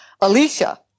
Alicia